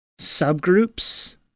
subgroups